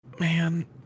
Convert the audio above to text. Man